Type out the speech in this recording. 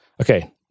okay